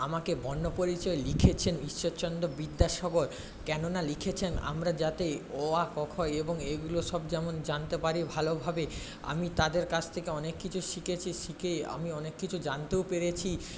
আমাকে বর্ণপরিচয় লিখেছেন ঈশ্বরচন্দ্র বিদ্যাসাগর কেননা লিখেছেন আমরা যাতে অ আ ক খ এবং এগুলো সব যেমন জানতে পারি ভালোভাবে আমি তাদের কাছ থেকে অনেক কিছু শিখেছি শিখে আমি অনেক কিছু জানতেও পেরেছি